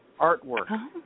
Artwork